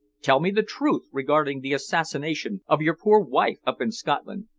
tell me the truth regarding the assassination of your poor wife up in scotland.